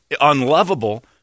unlovable